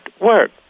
work